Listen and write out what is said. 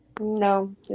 No